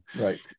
Right